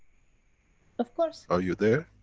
of course. are you there?